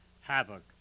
havoc